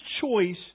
choice